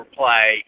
play